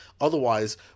otherwise